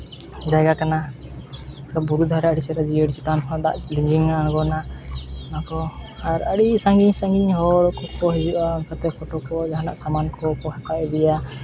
ᱡᱟᱭᱜᱟ ᱠᱟᱱᱟ ᱵᱩᱨᱩ ᱫᱷᱟᱨᱮ ᱟᱹᱰᱤ ᱪᱮᱦᱨᱟ ᱡᱤᱭᱟᱹᱲ ᱪᱮᱛᱟᱱ ᱠᱷᱚᱱᱟᱜ ᱫᱟᱜ ᱞᱤᱸᱡᱤᱱ ᱟᱲᱜᱚᱱᱟ ᱚᱱᱟᱠᱚ ᱟᱨ ᱟᱹᱰᱤ ᱥᱟᱺᱜᱤᱧ ᱥᱟᱺᱜᱤᱧ ᱦᱚᱲ ᱠᱚᱠᱚ ᱦᱤᱡᱩᱜᱼᱟ ᱚᱱᱠᱟᱛᱮ ᱯᱷᱳᱴᱳ ᱠᱚ ᱡᱟᱦᱟᱱᱟᱜ ᱥᱟᱢᱟᱱ ᱠᱚᱠᱚ ᱦᱟᱛᱟᱣ ᱤᱫᱤᱭᱟ